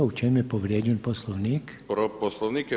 U čemu je povrijeđen Poslovnik?